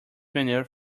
manure